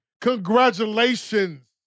Congratulations